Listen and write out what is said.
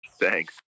thanks